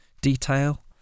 detail